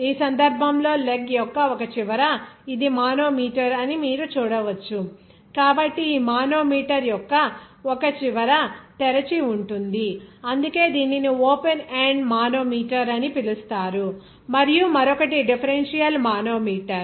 ఈ సందర్భంలో లెగ్ యొక్క ఒక చివర ఇది మానోమీటర్ అని మీరు చూడవచ్చు కాబట్టి ఈ మానోమీటర్ యొక్క ఒక చివర తెరిచి ఉంటుంది అందుకే దీనిని ఓపెన్ ఎండ్ మానోమీటర్ అని పిలుస్తారు మరియు మరొకటి డిఫరెన్షియల్ మానోమీటర్